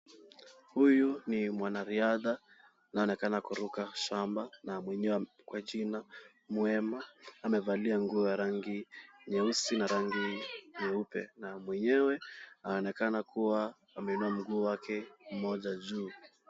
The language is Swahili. Huyu ni mwanariadha. Anayeonekana kuruka shamba na mwenyewe kwa jina Muema. Amevalia nguo ya rangi nyeusi na rangi nyeupe na mwenyewe anaonekana kuwa ameinua mguu wake mmoja juu.